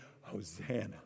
Hosanna